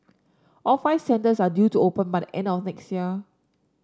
all five centres are due to open by the end of next year